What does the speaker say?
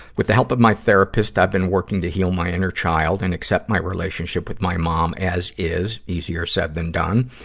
with the help help of my therapist, i've been working to heal my inner child and accept my relationship with my mom as is easier said than done.